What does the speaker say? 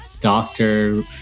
doctor